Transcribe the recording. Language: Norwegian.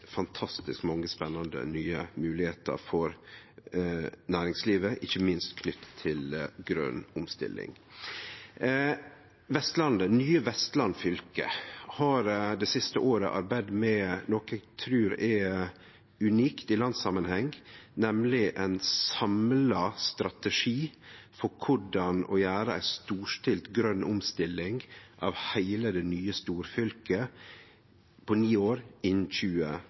fantastisk mange spennande nye moglegheiter for næringslivet, ikkje minst knytt til grøn omstilling. Vestlandet, nye Vestland fylke, har det siste året arbeidd med noko eg trur er unikt i landssamanheng, nemleg ein samla strategi for korleis ein kan gjere ei storstilt grøn omstilling av heile det nye storfylket på ni år, innan